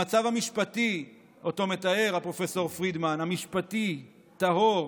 המצב המשפטי שמתאר פרופ' פרידמן, המשפטי, טהור,